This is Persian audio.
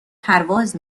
پرواز